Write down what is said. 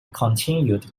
continued